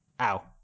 ow